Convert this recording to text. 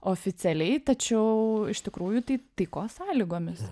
oficialiai tačiau iš tikrųjų tai taikos sąlygomis